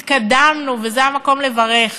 התקדמנו, וזה המקום לברך,